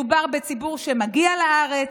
מדובר בציבור שמגיע לארץ,